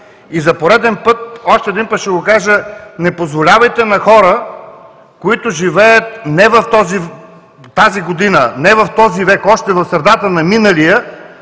За пореден път, още един път ще го кажа: не позволявайте на хора, които живеят не в тази година, не в този век, още в средата на миналия,